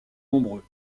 nombreux